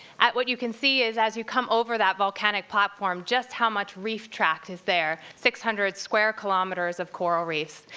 what you can see is, as you come over that volcanic platform, just how much reef tract is there. six hundred square kilometers of coral reefs.